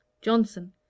johnson